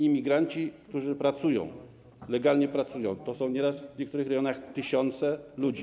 Imigranci, którzy pracują - legalnie pracują, to są nieraz w niektórych regionach tysiące ludzi.